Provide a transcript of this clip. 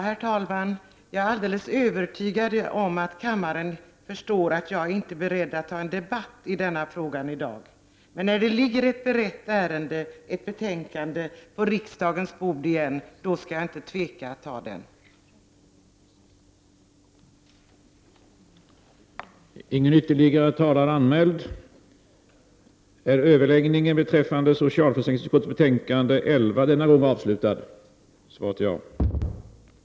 Herr talman! Jag är helt övertygad om att kammarens ledamöter förstår att jag inte är beredd att ta en debatt i denna fråga i dag. När det ligger ett berett ärende på riksdagens bord, skall jag inte tveka att ta debatten.